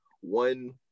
one